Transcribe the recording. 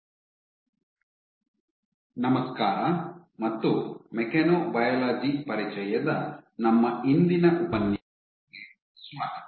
ಅಂಟಿಕೊಳ್ಳುವಿಕೆ ಅವಲಂಬಿತವಲ್ಲದ ಸ್ವತಂತ್ರ ಮತ್ತು ಸಾಮೂಹಿಕ ಕೋಶ ಸ್ಥಳಾಂತರ ನಮಸ್ಕಾರ ಮತ್ತು ಮೆಕ್ಯಾನೊಬಯಾಲಜಿ ಪರಿಚಯದ ನಮ್ಮ ಇಂದಿನ ಉಪನ್ಯಾಸಕ್ಕೆ ಸ್ವಾಗತ